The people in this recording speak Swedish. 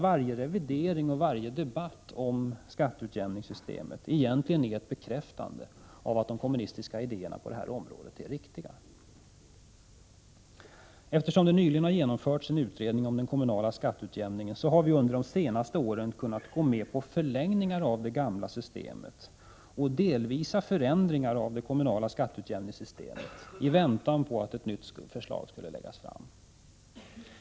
Varje revidering och varje debatt om skatteutjämningssystemet är egentligen ett bekräftande av att de kommunistiska idéerna på detta område är riktiga. Eftersom det nyligen har genomförts en utredning om den kommunala skatteutjämningen, har vi under de senaste åren kunnat gå med på förlängningar och delvisa förändringar av det kommunala skatteutjämningssystemet i väntan på att ett nytt förslag skulle kunna läggas fram.